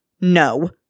No